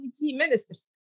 ministers